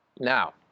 Now